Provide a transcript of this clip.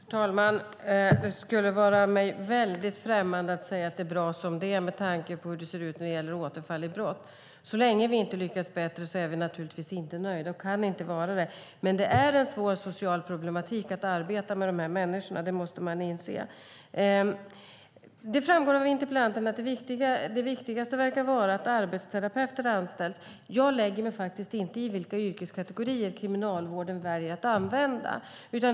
Fru talman! Det skulle vara mig väldigt främmande att det är bra som det är med tanke på hur det ser ut när det gäller återfall i brott. Så länge vi inte lyckas bättre är vi naturligtvis inte nöjda och kan inte vara det. Det är en svår social problematik att arbeta med dessa människor. Det måste man inse. Det framgår att interpellanten verkar anse att det viktigaste är att arbetsterapeuter anställs. Jag lägger mig faktiskt inte i vilka yrkeskategorier kriminalvården väljer att använda.